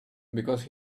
because